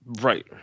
right